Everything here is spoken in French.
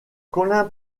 collin